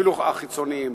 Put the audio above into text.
ואפילו החיצוניים.